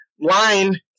line